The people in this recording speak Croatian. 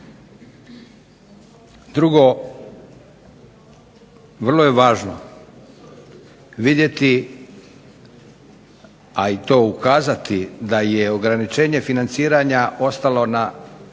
Drugo, vrlo je važno vidjeti a i to ukazati da je ograničenje financiranja ostalo na stari